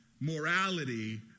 morality